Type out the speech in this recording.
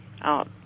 out